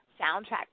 soundtrack